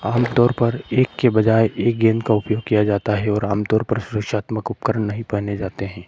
आम तौर पर एक के बजाय एक गेंद का उपयोग किया जाता है और आम तौर पर सुरक्षात्मक उपकरण नहीं पहने जाते हैं